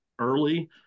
early